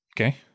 Okay